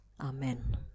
amen